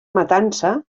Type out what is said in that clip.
matança